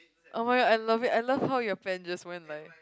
[oh]-my-god I love it I love how your pen just went like